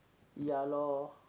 ya loh